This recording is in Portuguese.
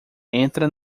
entra